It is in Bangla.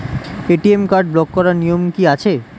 এ.টি.এম কার্ড ব্লক করার নিয়ম কি আছে?